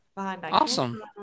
awesome